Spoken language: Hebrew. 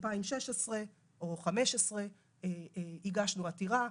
ב-2016 או 2015 הגשנו עתירה,